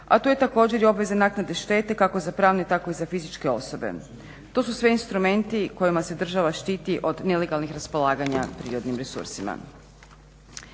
a tu je također i obveza naknade štete kako za pravne tako i za fizičke osobe. To su sve instrumenti kojima se država štiti od nelegalnih raspolaganja prirodnim resursima.